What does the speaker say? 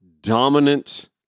dominant